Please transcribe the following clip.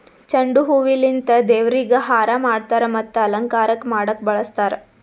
ಚೆಂಡು ಹೂವಿಲಿಂತ್ ದೇವ್ರಿಗ್ ಹಾರಾ ಮಾಡ್ತರ್ ಮತ್ತ್ ಅಲಂಕಾರಕ್ಕ್ ಮಾಡಕ್ಕ್ ಬಳಸ್ತಾರ್